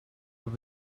will